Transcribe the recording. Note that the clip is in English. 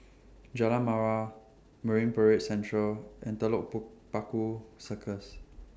Jalan Mawar Marine Parade Central and Telok Paku Circus